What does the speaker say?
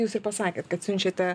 jūs ir pasakėt kad siunčiate